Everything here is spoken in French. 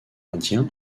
indien